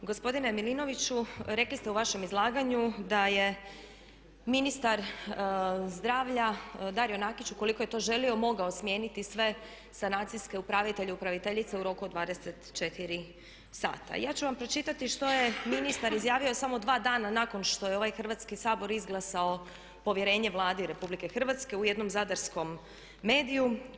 Gospodine Milinoviću, rekli ste u vašem izlaganju da je ministar zdravlja Dario Nakić ukoliko je to želio mogao smijeniti sve sanacijske upravitelje upraviteljice u roku od 24h. Ja ću vam pročitati što je ministar izjavio samo 2 dana nakon što je ovaj Hrvatski sabor izglasao povjerenje Vladi RH u jednom zadarskom mediju.